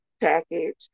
package